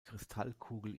kristallkugel